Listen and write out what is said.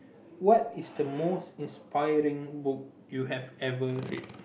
what is the most inspiring book you have ever read